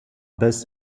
best